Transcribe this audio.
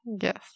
Yes